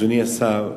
אדוני השר,